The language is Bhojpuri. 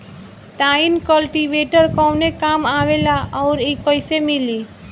टाइन कल्टीवेटर कवने काम आवेला आउर इ कैसे मिली?